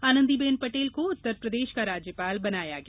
आनंदीबेन पटेल को उत्तर प्रदेश का राज्यपाल बनाया गया